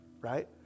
right